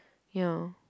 ya